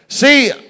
See